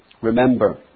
Remember